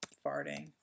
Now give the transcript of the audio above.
farting